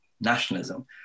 nationalism